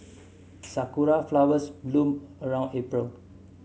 sakura flowers bloom around April